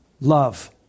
love